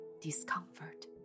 discomfort